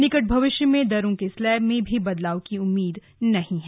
निकट भविष्य में दरों के स्लैब में भी बदलाव की उम्मीद नहीं है